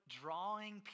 drawing